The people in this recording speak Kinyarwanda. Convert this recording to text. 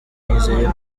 nizeye